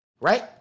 right